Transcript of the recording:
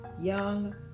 young